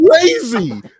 crazy